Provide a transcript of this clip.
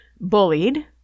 bullied